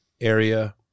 area